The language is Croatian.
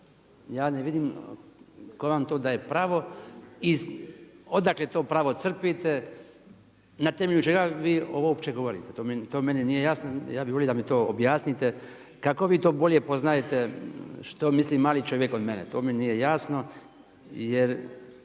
Ja ne vidim tko vam to daje pravo, odakle to pravo crpite, na temelju čega vi uopće govorite? To meni nije jasno. Ja bih volio da mi to objasnite kako vi to bolje poznajete što misli mali čovjek od mene. To mi nije jasno. Jer